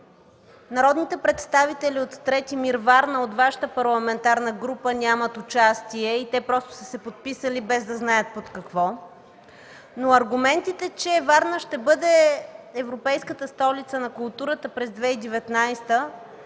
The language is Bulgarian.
народните представители от 3. МИР, Варна, от Вашата парламентарна група нямат участие, и те просто са се подписали без да знаят под какво, но аргументите, че Варна ще бъде европейската столица на културата през 2019